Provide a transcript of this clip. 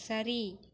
சரி